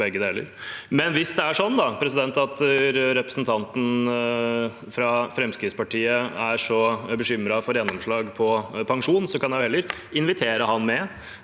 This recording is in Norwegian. Hvis det er sånn at representanten fra Fremskrittspartiet er så bekymret for gjennomslag på pensjon, kan jeg heller invitere ham